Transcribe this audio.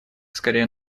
скорее